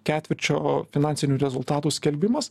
ketvirčio finansinių rezultatų skelbimas